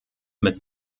mit